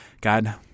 God